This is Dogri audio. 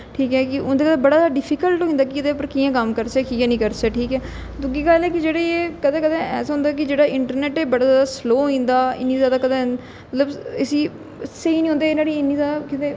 ठीक ऐ कि उं'दे कन्नै बड़ा डिफीकल्ट होई जंदा कि एहदे उप्पर कि'यां कम्म करचै कि'यां नेईं करचै ठीक ऐ दूई गल्ल ऐ कि जेह्ड़ी ऐ कदें कदें ऐसा होंदा कि जेह्ड़ा इंटरनेंट ऐ एह् बड़ा ज्यादा स्लो होई जंदा इन्ना ज्यादा कदें मतलब इसी स्हेई नेईं होंदा एह् नुहाड़ा इन्ना ज्यादा किते